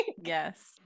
yes